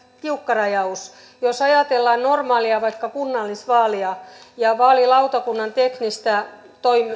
tiukka rajaus jos ajatellaan normaalia vaalia vaikka kunnallisvaalia ja vaalilautakunnan teknistä